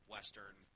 Western